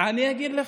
אני אגיד לך.